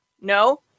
no